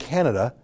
Canada